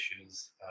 issues